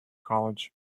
college